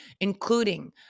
including